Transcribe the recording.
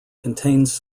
contains